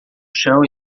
chão